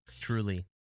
Truly